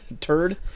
turd